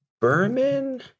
Berman